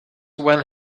when